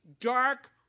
dark